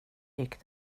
gick